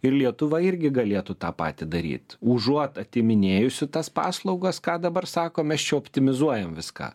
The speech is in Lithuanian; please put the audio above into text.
ir lietuva irgi galėtų tą patį daryt užuot atiminėjusi tas paslaugas ką dabar sako mes čia optimizuojam viską